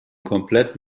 komplett